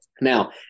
Now